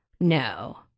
No